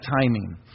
timing